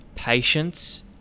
Patience